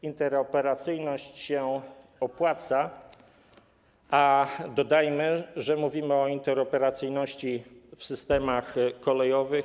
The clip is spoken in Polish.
Interoperacyjność się opłaca, a dodajmy, że mówimy o interoperacyjności w systemach kolejowych.